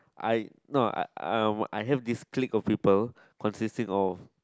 I not I I have this click of people consisting of